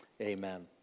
Amen